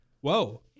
Whoa